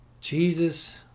Jesus